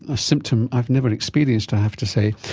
a symptom i've never experienced i have to say.